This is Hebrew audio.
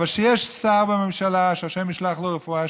אבל כשיש שר בממשלה, שה' ישלח לו רפואה שלמה,